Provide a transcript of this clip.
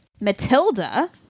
Matilda